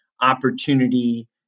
opportunity